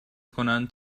کنند